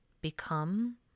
become